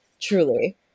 truly